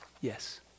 Yes